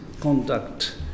conduct